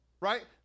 Right